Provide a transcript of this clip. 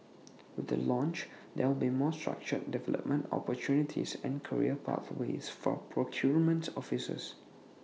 with the launch there will be more structured development opportunities and career pathways for procurement officers